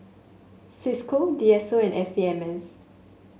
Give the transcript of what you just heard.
Cisco D S O and F P M S